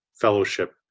fellowship